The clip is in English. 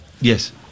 Yes